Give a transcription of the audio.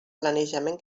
planejament